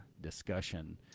discussion